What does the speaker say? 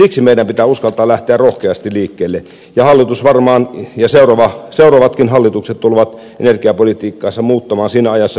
siksi meidän pitää uskaltaa lähteä rohkeasti liikkeelle ja hallitus ja seuraavatkin hallitukset varmaan tulevat energiapolitiikkaansa muuttamaan siinä ajassa mitä eletään